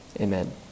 Amen